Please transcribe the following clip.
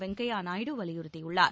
வெங்கைய நாயுடு வலியுறுத்தியுள்ளார்